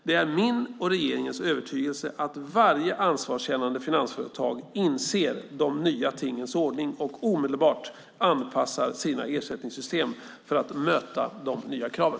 Det är min och regeringens övertygelse att varje ansvarskännande finansföretag inser de nya tingens ordning och omedelbart anpassar sina ersättningssystem för att möta de nya kraven.